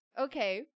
okay